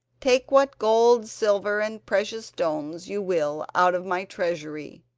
take what gold, silver, and precious stones you will out of my treasury.